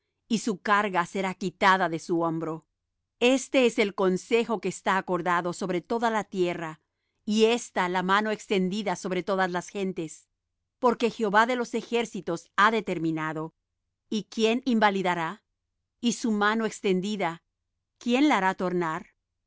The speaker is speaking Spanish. y su carga será quitada de su hombro este es el consejo que está acordado sobre toda la tierra y ésta la mano extendida sobre todas las gentes porque jehová de los ejércitos ha determinado y quién invalidará y su mano extendida quién la hará tornar